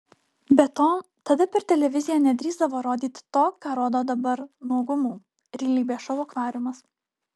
be to tada per televiziją nedrįsdavo rodyti to ką rodo dabar nuogumų realybės šou akvariumas